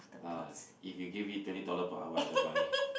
uh if you give me twenty dollars per hour I don't mind ah